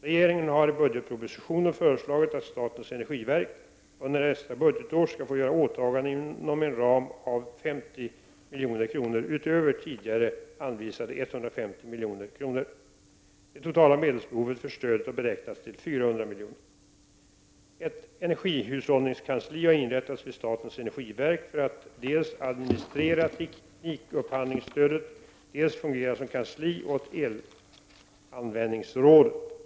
Regeringen har i budgetpropositionen föreslagit att statens energiverk under nästa budgetår skall få göra åtaganden inom en ram på 50 milj.kr. utöver tidigare anvisade 150 milj.kr. Det totala medelsbehovet för stödet har beräknats till 400 milj.kr. Ett energihushållningskansli har inrättats vid statens energiverk för att dels administrera teknikupphandlingsstödet, dels för att fungera som kansli åt elanvändningsrådet.